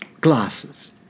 glasses